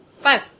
five